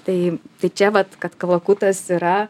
tai tai čia vat kad kalakutas yra